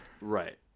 Right